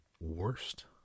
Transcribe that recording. worst